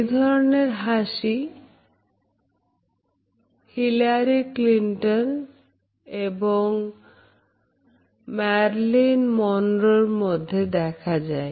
এ ধরনের হাসি Hillary Clinton এবং Marilyn Monroe মধ্যে দেখা যায়